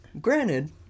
Granted